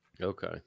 Okay